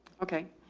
okay.